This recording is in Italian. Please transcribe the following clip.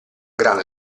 gran